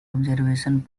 observation